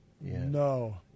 No